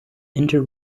inter